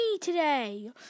today